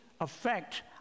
affect